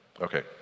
Okay